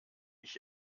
ich